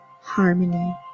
harmony